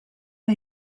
que